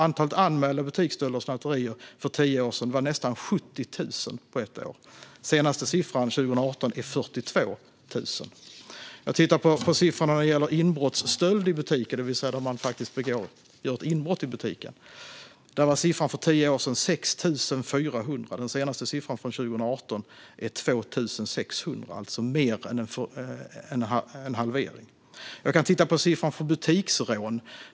Antalet anmälda butiksstölder och snatterier för tio år sedan var nästan 70 000 på ett år. Den senaste siffran 2018 är 42 000. Jag tittar på siffrorna när det gäller inbrottsstöld i butiker, när man faktiskt gör ett inbrott i butiken. Där var siffran för tio år sedan 6 400. Den senaste siffran från 2018 är 2 600, alltså mer än en halvering. Jag kan titta på siffran för butiksrån.